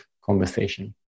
conversation